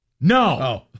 No